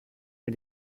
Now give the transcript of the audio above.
bei